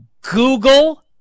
Google